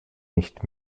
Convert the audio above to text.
nicht